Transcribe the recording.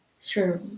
Sure